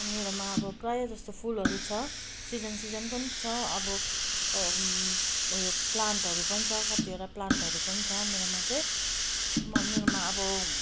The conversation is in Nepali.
अनि मेरोमा अब प्राय जस्तो फुलहरू छ सिजन सिजनको नि छ अब उयो प्लान्टहरू पनि छ कतिवटा प्लान्टहरू पनि छ मेरोमा चाहिँ म मेरोमा अब